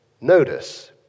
notice